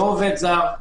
לא עובד זר.